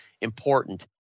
important